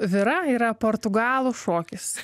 vira yra portugalų šokis